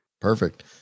Perfect